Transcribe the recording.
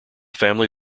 family